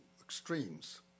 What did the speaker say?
extremes